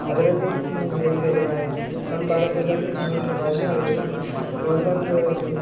ಅದರಲ್ಲಿ ನಮ್ಮ ಭಾರತದಲ್ಲಿ ನೋಡಿರಿ ಭಾಷೆ ಎಷ್ಟೊಂದು ಒಂದೊಂದು